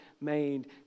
made